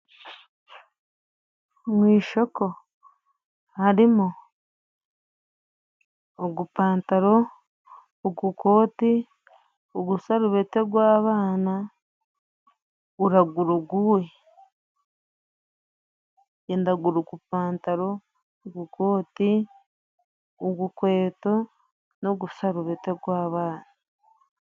Mu ishoko harimo :ugupantaro, ugukoti ,ugusarubeti gw'abana ,uragura uguhe? njye ndagura ugupantaro, ugugoti ugukweto n'ugusarubeti gw'abana.